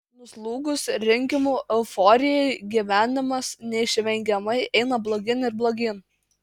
nuslūgus rinkimų euforijai gyvenimas neišvengiamai eina blogyn ir blogyn